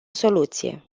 soluție